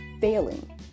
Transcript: failing